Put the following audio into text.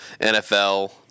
nfl